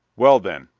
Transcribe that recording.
well, then,